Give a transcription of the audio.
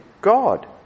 God